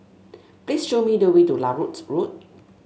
please show me the way to Larut Road